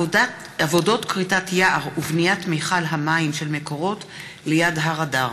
עבודות כריתת יער ובניית מכל המים של מקורות ליד הר אדר.